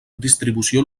distribució